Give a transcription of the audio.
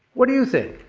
what do you think?